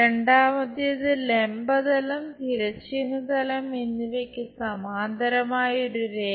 രണ്ടാമത്തേത് ലംബ തലം തിരശ്ചീന തലം എന്നിവയ്ക്ക് സമാന്തരമായി ഒരു രേഖ